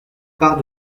part